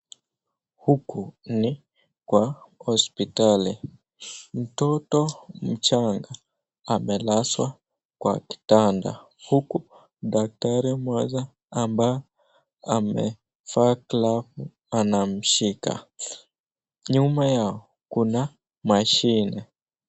Huku ni kwa hospitali mtoto mchanga amelazwa kwa kitanda huku daktari moja ambaye amevaa glavu anamshika nyuma yao kuna mashine.